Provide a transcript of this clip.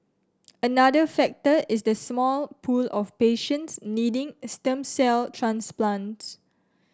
another factor is the small pool of patients needing a stem cell transplants